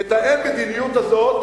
למשוך את האין מדיניות הזאת